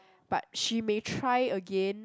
but she may try it again